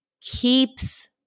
keeps